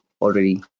already